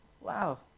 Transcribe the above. Wow